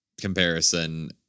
comparison